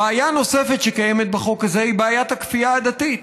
בעיה נוספת שקיימת בחוק הזה היא בעיית הכפייה הדתית.